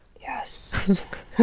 yes